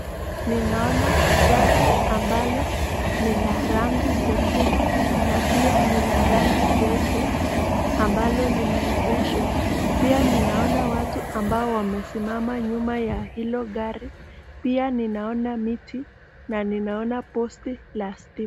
Ninaona gari ambalo ni la rangi jekundu na pia ni la rangi jeupe ambalo limeengeshwa. Pia ninaona watu ambao wamesimama nyuma ya hilo gari . Pia ninaona miti na ninaona posti la stima.